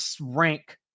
rank